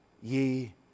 ye